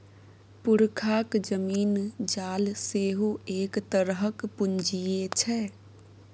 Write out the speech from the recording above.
पुरखाक जमीन जाल सेहो एक तरहक पूंजीये छै